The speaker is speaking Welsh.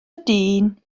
dyn